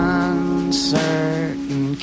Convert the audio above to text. uncertain